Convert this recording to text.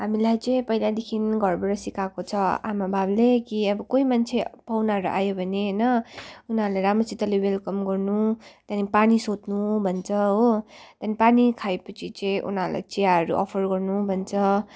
हामीलाई चाहिँ पहिलादेखि घरबाट सिकाएको छ आमाबाबाले कि अब कोही मान्छे पाहुनाहरू आयो भने होइन उनीहरूलाई राम्रोसितले वेल्कम गर्नु त्यहाँदेखि पानी सोध्नु भन्छ हो अनि पानी खाएपछि चाहिँ उनीहरूलाई चियाहरू अफर गर्नु भन्छ